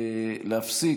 להפסיק.